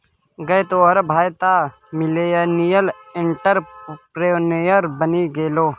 गै तोहर भाय तँ मिलेनियल एंटरप्रेन्योर बनि गेलौ